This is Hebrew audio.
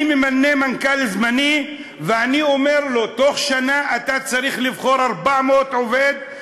אני ממנה מנכ"ל זמני ואני אומר לו: בתוך שנה אתה צריך לבחור 400 עובדים,